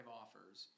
offers